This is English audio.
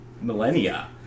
millennia